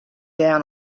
down